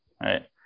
right